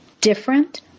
different